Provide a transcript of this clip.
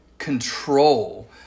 Control